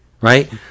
right